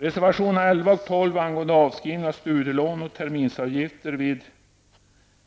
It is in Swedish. Reservationerna nr 11 och 12 angående avskrivning av studielån och terminsavgifter vid